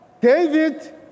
David